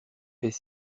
est